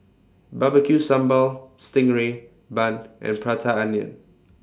Barbecue Sambal Sting Ray Bun and Prata Onion